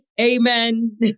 amen